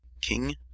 King